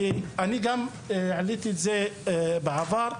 אני גם העליתי את זה בעבר.